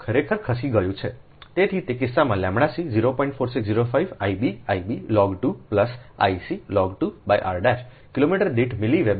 તેથી તે કિસ્સામાંʎc 04605 I b I b log 2 plus I c log 2r' kilometre દીઠ મિલી વેબર ટન